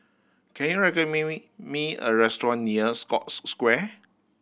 can you recommend me me a restaurant near Scotts Square